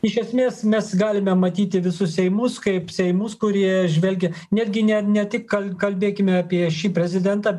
iš esmės mes galime matyti visus seimus kaip seimus kurie žvelgia netgi ne ne tik kal kalbėkime apie šį prezidentą